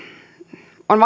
on